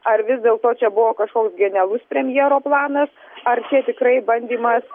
ar vis dėlto čia buvo kažkoks genialus premjero planas ar čia tikrai bandymas